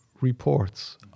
reports